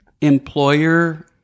employer